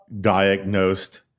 diagnosed